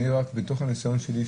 מתוך הניסיון שלי,